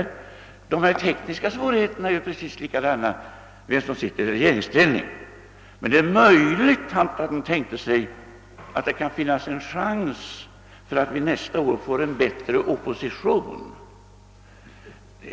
De tekniska svårigheterna är desamma oberoende av vem som sitter i regeringsställning, men det är möjligt att han tänkte sig att det kan finnas en chans för att vi nästa år får en bättre opposition.